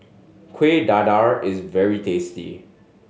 Kuih Dadar is very tasty